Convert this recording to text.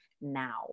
now